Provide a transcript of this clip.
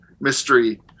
mystery